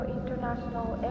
International